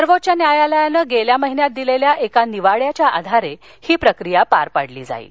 सर्वोच्च न्यायालयाने गेल्या महिन्यात दिलेल्या एका निवाड्याच्या आधारे ही प्रक्रिया पार पाडली जाणार आहे